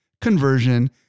conversion